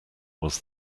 was